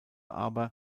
aber